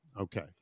Okay